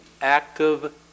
active